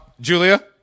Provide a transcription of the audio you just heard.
julia